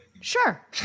Sure